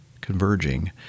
converging